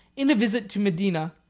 in a visit to medina,